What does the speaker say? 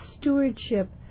stewardship